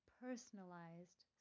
personalized